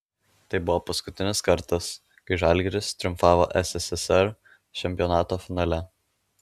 tai buvo paskutinis kartas kai žalgiris triumfavo sssr čempionato finale